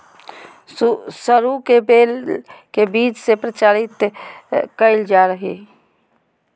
सरू के बेल के बीज से प्रचारित कइल जा हइ